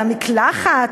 על המקלחת?